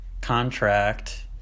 contract